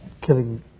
killing